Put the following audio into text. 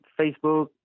Facebook